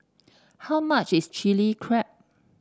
how much is Chili Crab